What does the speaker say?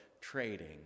trading